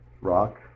rock